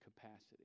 capacity